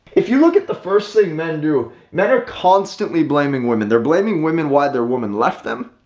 if you look at the first thing men do. men are constantly blaming women, they're blaming women, why their woman left them.